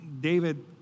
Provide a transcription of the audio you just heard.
David